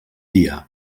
dia